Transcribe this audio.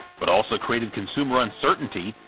but also created consumer uncertainty,